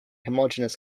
homogeneous